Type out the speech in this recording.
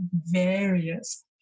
various